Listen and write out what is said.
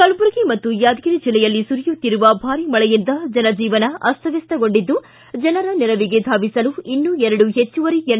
ಕಲಬುರಗಿ ಮತ್ತು ಯಾದಗಿರಿ ಜೆಲ್ಲೆಯಲ್ಲಿ ಸುರಿಯುತ್ತಿರುವ ಭಾರಿ ಮಳೆಯಿಂದ ಜನಜೀವನ ಅಸ್ತವಸ್ತಗೊಂಡಿದ್ದು ಜನರ ನೆರವಿಗೆ ಧಾವಿಸಲು ಇನ್ನೂ ಎರಡೂ ಹೆಚ್ಚುವರಿ ಎನ್